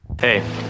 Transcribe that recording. Hey